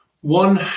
one